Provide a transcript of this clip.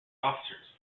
officers